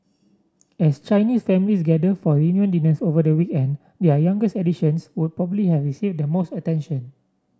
as Chinese families gathered for reunion dinners over the weekend their youngest additions would probably have received the most attention